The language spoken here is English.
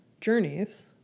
journeys